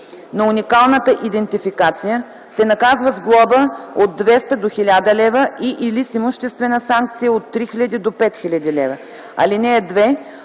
на уникалната идентификация, се наказва с глоба от 200 до 1000 лв. и/или с имуществена санкция от 3000 до 5000 лв. (2) При